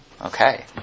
Okay